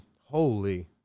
holy